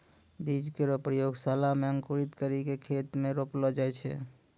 बीज केरो प्रयोगशाला म अंकुरित करि क खेत म रोपलो जाय छै